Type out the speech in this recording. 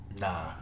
nah